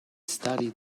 studied